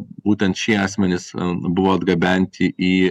būtent šie asmenys buvo atgabenti į